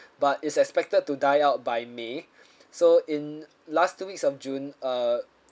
but is expected to die out by may so in last two weeks of june uh